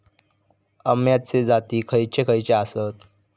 अम्याचे जाती खयचे खयचे आसत?